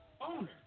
Owner